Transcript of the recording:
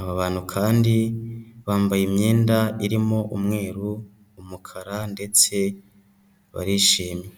Aba bantu kandi bambaye imyenda irimo umweru, umukara ndetse barishimye.